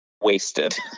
wasted